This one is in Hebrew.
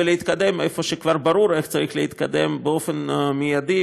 ולהתקדם במקום שכבר ברור איך צריך להתקדם באופן מיידי,